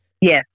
Yes